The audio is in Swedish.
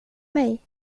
mig